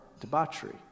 debauchery